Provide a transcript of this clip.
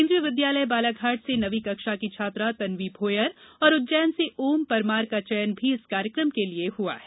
केंद्रीय विद्यालय बालाघाट से नवीं कक्षा की छात्रा तन्वी भोयर और उज्जैन से ओम परमार का चयन भी इस कार्यक्रम के लिए हुआ है